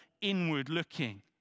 inward-looking